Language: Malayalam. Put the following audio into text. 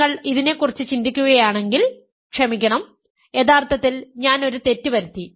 നിങ്ങൾ ഇതിനെക്കുറിച്ച് ചിന്തിക്കുകയാണെങ്കിൽ ക്ഷമിക്കണം യഥാർത്ഥത്തിൽ ഞാൻ ഒരു തെറ്റ് വരുത്തി